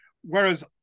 Whereas